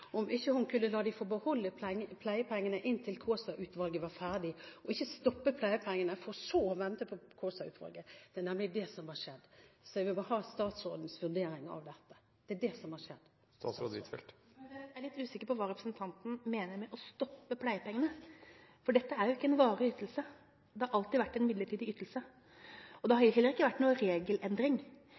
om hun ikke kunne la dem få beholde pleiepengene inntil Kaasa-utvalget var ferdig – og ikke stoppe pleiepengene for så å vente på Kaasa-utvalget. Det er nemlig det som har skjedd. Jeg vil ha statsrådens vurdering av dette. Jeg er litt usikker på hva representanten mener med å stoppe pleiepengene. For dette er ikke en varig ytelse. Det har alltid vært en midlertidig ytelse. Det har heller ikke vært noen regelendring.